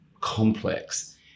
complex